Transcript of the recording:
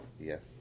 Yes